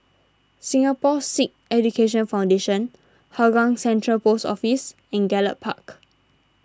Singapore Sikh Education Foundation Hougang Central Post Office and Gallop Park